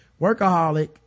workaholic